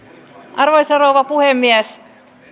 arvoisa rouva puhemies